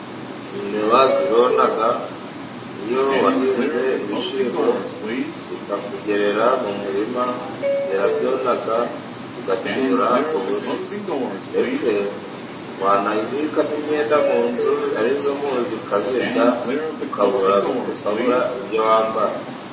Imbeba zirona iyo wahinze ibishyimbo zikakugerera mu murima zirabyona ugacyura ubusa, ndetse wanabikamo imyenda mu nzu ari izo mu nzu , zikayirya ukabura ukabura ibyo wambara.